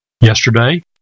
Yesterday